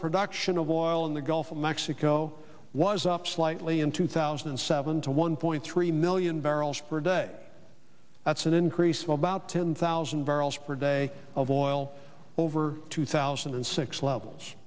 production of oil in the gulf of mexico was up slightly in two thousand and seven to one point three million barrels per day that's an increase of about ten thousand barrels per day of oil over two thousand and six levels